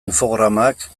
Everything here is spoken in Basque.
infogramak